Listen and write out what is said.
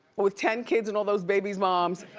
with ten kids and all those babies' moms,